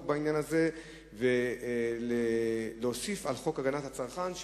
בעניין הזה ולהוסיף על חוק הגנת הצרכן,